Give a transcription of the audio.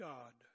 God